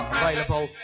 available